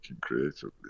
creatively